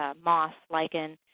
ah moss, lichen,